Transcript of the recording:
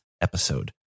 episode